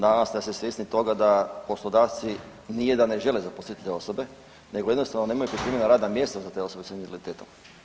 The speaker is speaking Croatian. Danas ste svjesni toga da poslodavci nije da ne žele zaposlit te osobe nego jednostavno nemaju popunjena radna mjesta za te osobe sa invaliditetom.